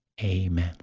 Amen